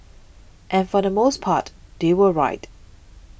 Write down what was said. and for the most part they were right